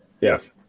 Yes